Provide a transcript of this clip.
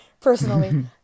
personally